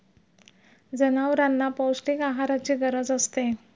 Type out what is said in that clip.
जनावरांना पौष्टिक आहाराची गरज असते